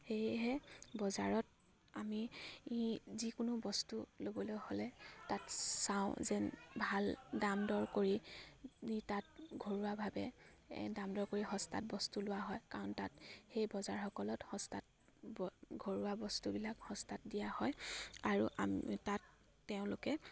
সেয়েহে বজাৰত আমি ই যিকোনো বস্তু ল'বলৈ হ'লে তাত চাওঁ যেন ভাল দাম দৰ কৰি তাত ঘৰুৱাভাৱে দাম দৰ কৰি সস্তাত বস্তু লোৱা হয় কাৰণ তাত সেই বজাৰসকলত সস্তাত ঘৰুৱা বস্তুবিলাক সস্তাত দিয়া হয় আৰু আম তাত তেওঁলোকে